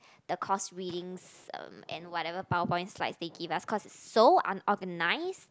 the course readings um and whatever PowerPoint slide they give us cause it's so unorganised